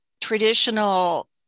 traditional